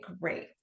great